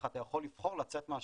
אך אתה יכול לבחור לצאת מהשירות,